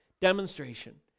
Demonstration